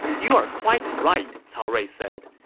you're quite right, cao rui said,